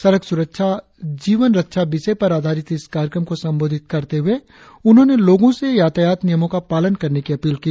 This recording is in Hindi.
सड़क सुरक्षा जीवन रक्षा विषय पर आधारित इस कार्यक्रम को संबोधित करते हुए उन्होंने लोगों से यातायात नियमों का पालन करने की अपील की